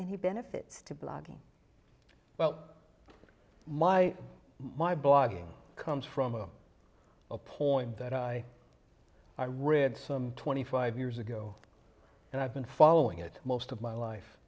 any benefits to blogging well my my blogging comes from a point that i i read some twenty five years ago and i've been following it most of my life